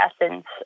essence